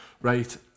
Right